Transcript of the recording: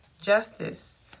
justice